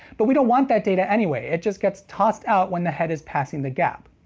but we don't want that data anyway, it just gets tossed out when the head is passing the gap.